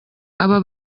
aba